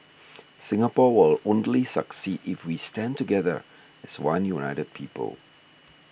Singapore will only succeed if we stand together as one united people